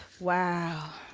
wow.